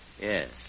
Yes